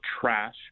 trash